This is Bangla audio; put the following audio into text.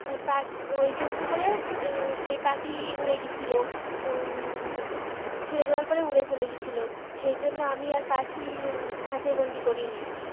পাখি ওই জন্য করে সে সেই পাখি উড়ে গিয়েছিলো ছেড়ে দেওয়ার পরে উড়ে চলে গিয়েছিলো সেই জন্য আমি আর পাখি খাঁচে বন্দি করিনি